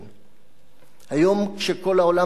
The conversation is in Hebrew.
היום, כשכל העולם סביבנו מתהפך,